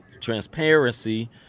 transparency